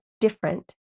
different